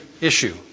issue